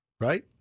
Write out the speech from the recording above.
Right